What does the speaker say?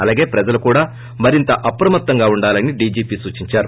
అలాగే ప్రజలు కూడా మరింత అప్రమత్తంగా ఉండాలని డీజీపీ సూచిందారు